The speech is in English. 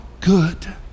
good